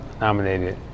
nominated